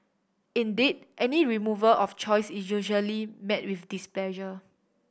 indeed any removal of choice is usually met with displeasure